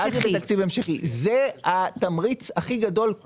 עד אז היא בתקציב המשכי, זה התמריץ הכי גדול.